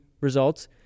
results